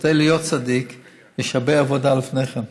כדי להיות צדיק, יש הרבה עבודה לפני כן,